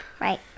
right